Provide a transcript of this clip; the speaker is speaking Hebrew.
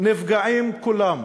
נפגעים כולם,